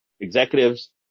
executives